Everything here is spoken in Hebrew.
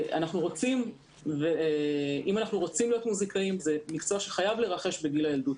אם אנחנו רוצים להיות מוזיקאים זה מקצוע שחייב להירכש בגיל הילדות.